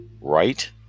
right